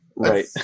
right